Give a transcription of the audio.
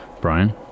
Brian